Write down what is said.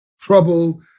Trouble